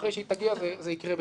ואחרי שהיא תגיע זה יקרה,